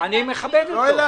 אני מכבד אותו.